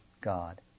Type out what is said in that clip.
God